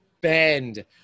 bend